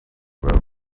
were